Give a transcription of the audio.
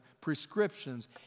prescriptions